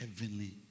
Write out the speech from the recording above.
heavenly